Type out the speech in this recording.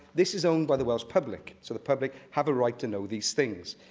this is owned by the welsh public, so the public have a right to know these things.